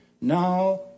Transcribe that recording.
now